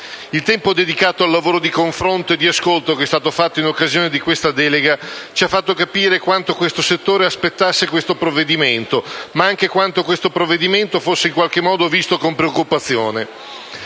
Il tempo dedicato al lavoro di confronto e di ascolto che è stato fatto in occasione di questa delega ci ha fatto capire quanto questo settore aspettasse questo provvedimento, ma anche quanto questo provvedimento fosse in qualche modo visto con preoccupazione.